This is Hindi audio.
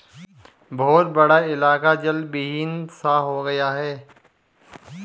बहुत बड़ा इलाका जलविहीन सा हो गया है